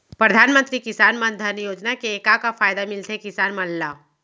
परधानमंतरी किसान मन धन योजना के का का फायदा मिलथे किसान मन ला?